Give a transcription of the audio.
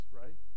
right